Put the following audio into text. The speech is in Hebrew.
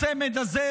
הצמד הזה,